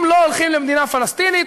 אם לא הולכים למדינה פלסטינית,